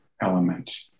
element